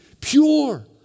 Pure